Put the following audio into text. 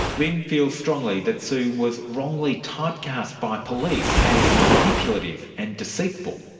lynne feels strongly that sue was wrongly type-cast by police as manipulative and deceitful.